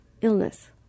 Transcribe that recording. illness